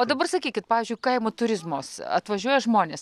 o dabar sakykit pavyzdžiui kaimo turizmas atvažiuoja žmonės